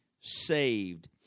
saved